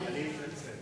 אני מתנצל.